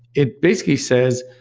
it basically says,